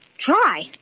Try